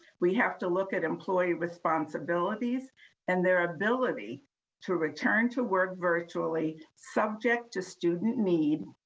we have to look at employee responsibilities and their ability to return to work virtually, subject to student need,